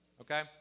okay